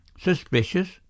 Suspicious